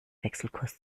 wechselkurs